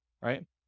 right